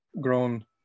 grown